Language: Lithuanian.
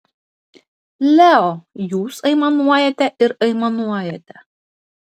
leo jūs aimanuojate ir aimanuojate